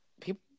people